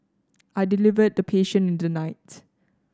I delivered the patient in the night